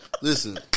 Listen